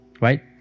Right